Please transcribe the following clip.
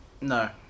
no